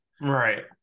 right